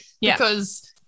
because-